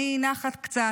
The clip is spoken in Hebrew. אני נחה קצת,